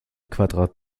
quadrat